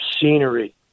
scenery